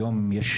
היום יש,